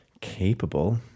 capable